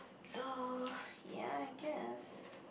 so ya I guess